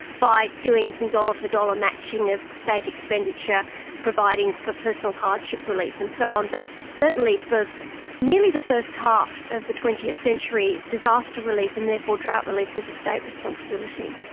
by doing some dollar for dollar matching of state expenditure providing for personal hardship relief, and so on. but certainly for nearly the first half of the twentieth century, disaster relief and therefore drought relief was a state responsibility.